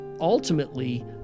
ultimately